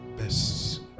Best